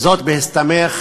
וזאת בהסתמך